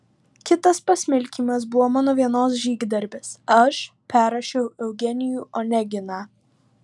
kitas pasmilkymas buvo mano vienos žygdarbis aš perrašiau eugenijų oneginą